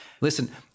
Listen